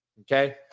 okay